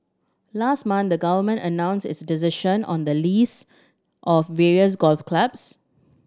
last month the Government announced its decision on the lease of various golf clubs